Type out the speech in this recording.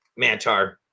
Mantar